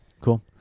Cool